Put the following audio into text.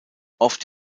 oft